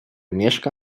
mieszka